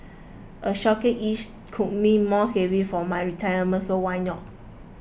a shorter lease could mean more savings for my retirement so why not